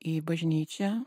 į bažnyčią